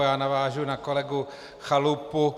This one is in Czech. Já navážu na kolegu Chalupu.